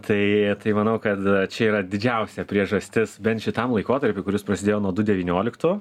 tai tai manau kad čia yra didžiausia priežastis bent šitam laikotarpiui kuris prasidėjo nuo du devynioliktų